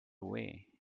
way